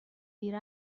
دیر